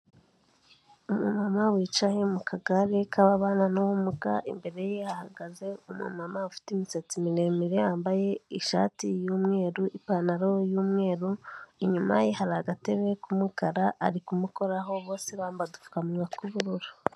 Umama wicaye mu kagare k'ababana n'ubumuga, imbere ye hahagaze umumama ufite imisatsi miremire, yambaye ishati y'umweru, ipantaro yumweru, inyuma ye hari agatebe kumukara, ari kumukoraho, bose bambaye udupfukamunwa tw'ubururu.